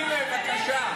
הינה, בבקשה.